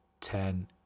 ten